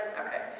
Okay